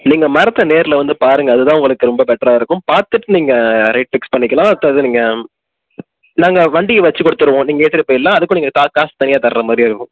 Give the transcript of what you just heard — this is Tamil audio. நீங்கள் மரத்தை நேரில்ல வந்து பாருங்கள் அதுதான் உங்களுக்கு ரொம்ப பெட்டரா இருக்கும் பார்த்துட்டு நீங்கள் ரேட் ஃபிக்ஸ் பண்ணிக்கலாம் அடுத்தது நீங்கள் நாங்கள் வண்டியை வெச்சி கொடுத்துருவோம் நீங்கள் ஏத்திட்டு போயிடலாம் அதுக்கும் நீங்கள் கா காசு தனியாக தர்ற மாதிரியே இருக்கும்